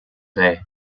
day